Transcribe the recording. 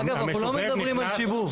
אגב, אנחנו לא מדברים על שיבוב.